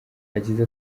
yagize